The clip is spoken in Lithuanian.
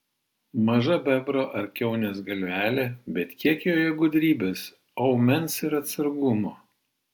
maža bebro ar kiaunės galvelė bet kiek joje gudrybės aumens ir atsargumo